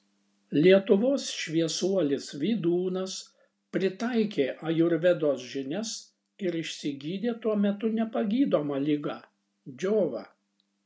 lietuvos šviesuolis vydūnas pritaikė ajurvedos žinias ir išsigydė tuo metu nepagydomą ligą džiovą